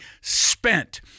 spent